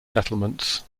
settlements